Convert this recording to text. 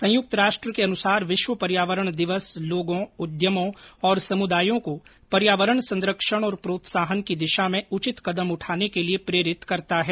संयुक्त राष्ट्र के अनुसार विश्व पर्यावरण दिवस लोगों उद्यमों और समुदायों को पर्यावरण संरक्षण और प्रोत्साहन की दिशा में उचित कदम उठाने के लिए प्रेरित करता है